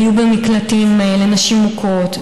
היו במקלטים לנשים מוכות,